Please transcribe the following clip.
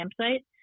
campsite